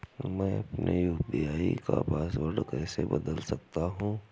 मैं अपने यू.पी.आई का पासवर्ड कैसे बदल सकता हूँ?